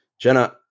Jenna